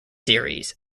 series